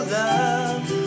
love